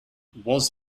was